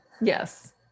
Yes